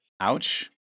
Ouch